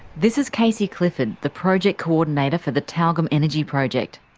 this is kacey clifford, the project coordinator for the tyalgum energy project.